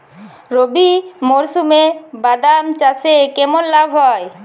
রবি মরশুমে বাদাম চাষে কেমন লাভ হয়?